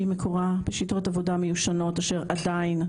מקורה בשיטות עבודה מיושנות אשר עדיין,